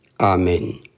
Amen